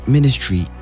Ministry